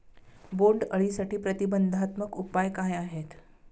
बोंडअळीसाठी प्रतिबंधात्मक उपाय काय आहेत?